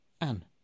Anne